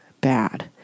bad